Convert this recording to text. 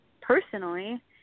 personally